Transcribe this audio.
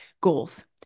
Goals